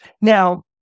now